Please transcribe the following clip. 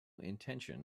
intention